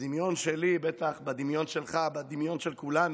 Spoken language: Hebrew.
בדמיון שלי, בטח בדמיון כלך, בדמיון של כולנו,